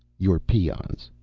you're peons.